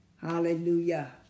Hallelujah